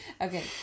okay